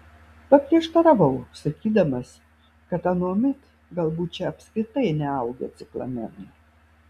paprieštaravau sakydamas kad anuomet galbūt čia apskritai neaugę ciklamenai